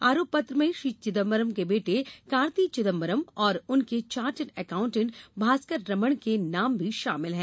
आरोप पत्र में श्री चिदंबरम के बेटे कार्ति चिदंबरम और उनके चार्टेड एकाउंटेट भास्कर रमण के नाम भी शामिल हैं